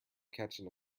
catching